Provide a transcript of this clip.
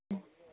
ம்